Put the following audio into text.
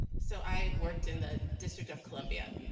so i worked in the district of columbia.